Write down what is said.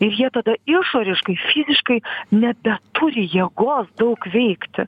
ir jie tada išoriškai fiziškai nebeturi jėgos daug veikti